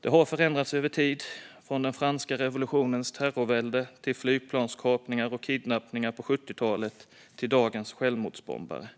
Den har förändrats över tid från den franska revolutionens terrorvälde, till flygplanskapningar och kidnappningar på 1970-talet och till dagens självmordsbombare.